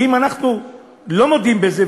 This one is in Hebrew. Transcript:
ואם אנחנו לא מודים בזה,